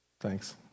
Thanks